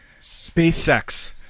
SpaceX